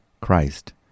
Christ